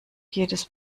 jedes